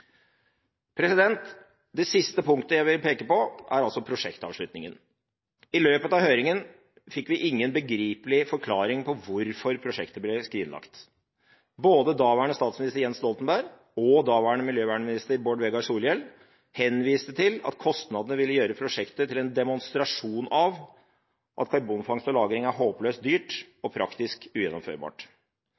Det siste punktet jeg vil peke på, er altså prosjektavslutningen. I løpet av høringen fikk vi ingen begripelig forklaring på hvorfor prosjektet ble skrinlagt. Både daværende statsminister Jens Stoltenberg og daværende miljøvernminister Bård Vegar Solhjell henviste til at kostnadene ville gjøre prosjektet til en demonstrasjon av at karbonfangst og -lagring er håpløst dyrt og praktisk ugjennomførbart.